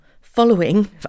following